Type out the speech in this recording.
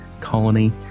colony